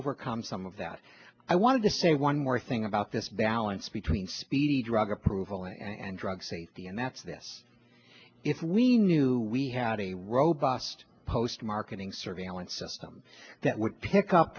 overcome some of that i wanted to say one more thing about this balance between the drug approval and drug safety and that's this if we knew we had a robust post marketing surveillance system that would pick up